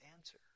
answer